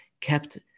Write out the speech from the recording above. kept